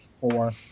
four